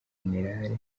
gen